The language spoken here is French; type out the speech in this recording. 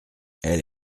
elle